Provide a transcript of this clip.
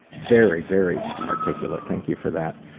very very articulate. thank you for that.